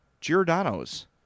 Giordano's